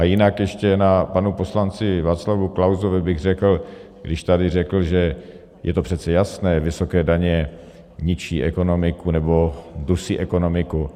Jinak ještě panu poslanci Václavu Klausovi bych řekl, když tady řekl, že je to přece jasné, vysoké daně ničí ekonomiku nebo dusí ekonomiku.